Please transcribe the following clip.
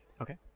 okay